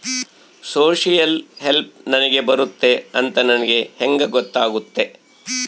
Social help ನನಗೆ ಬರುತ್ತೆ ಅಂತ ನನಗೆ ಹೆಂಗ ಗೊತ್ತಾಗುತ್ತೆ?